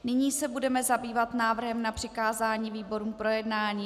Nyní se budeme zabývat návrhem na přikázání výborům k projednání.